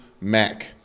Mac